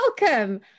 Welcome